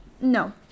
No